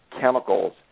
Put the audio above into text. chemicals